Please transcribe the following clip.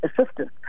assistance